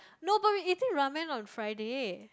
no but we eating ramen on Friday